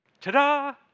Ta-da